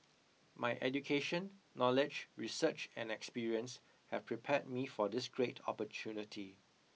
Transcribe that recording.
my education knowledge research and experience have prepared me for this great opportunity